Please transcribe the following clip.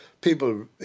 people